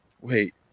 wait